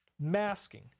masking